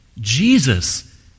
Jesus